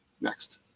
Next